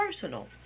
personal